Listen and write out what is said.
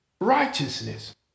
righteousness